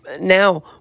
Now